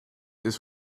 this